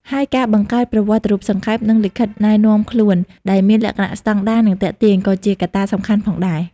ហើយការបង្កើតប្រវត្តិរូបសង្ខេប និងលិខិតណែនាំខ្លួន ដែលមានលក្ខណៈស្តង់ដារ និងទាក់ទាញ ក៏ជាកត្តាសំខាន់ផងដែរ។